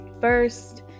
First